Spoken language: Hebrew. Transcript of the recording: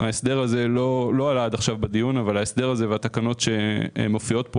ההסדר הזה והתקנות שמופיעות כאן,